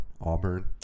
auburn